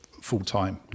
full-time